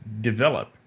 develop